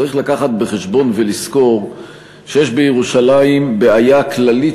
צריך להביא בחשבון ולזכור שיש בירושלים בעיה כללית